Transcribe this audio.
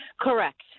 Correct